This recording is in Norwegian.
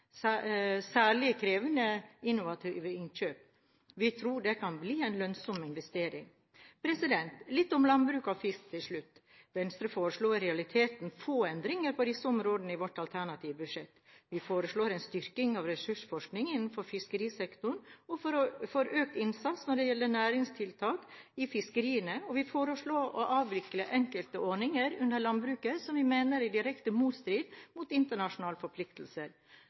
særlig krevende innovative innkjøp. Vi tror det kan bli en lønnsom investering. Litt om landbruk og fiskeri til slutt. Venstre foreslår i realiteten få endringer på disse områdene i sitt alternative budsjett. Vi foreslår en styrking av ressursforskning innenfor fiskerisektoren og økt innsats når det gjelder næringstiltak i fiskeriene, og vi foreslår å avvikle enkelte ordninger under landbruket som vi mener er i direkte motstrid til internasjonale forpliktelser